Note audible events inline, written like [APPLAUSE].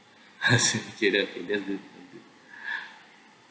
[LAUGHS] [BREATH]